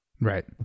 Right